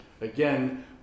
again